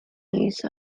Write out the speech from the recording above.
use